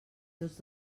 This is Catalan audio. tots